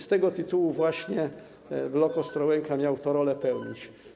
Z tego powodu właśnie blok Ostrołęka miał tę rolę pełnić.